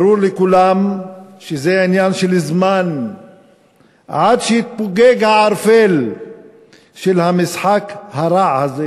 ברור לכולם שזה עניין של זמן עד שיתפוגג הערפל של המשחק הרע הזה,